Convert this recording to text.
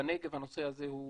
בנגב הנושא הזה הוא